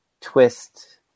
twist